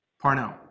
Parnell